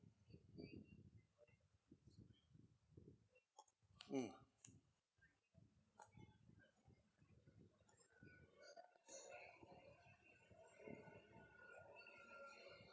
mm